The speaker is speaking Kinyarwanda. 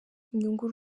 inyungu